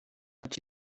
much